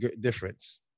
difference